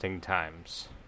times